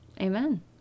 amen